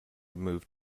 moved